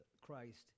Christ